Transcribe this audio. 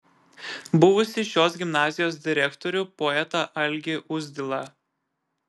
buvusį šios gimnazijos direktorių poetą algį uzdilą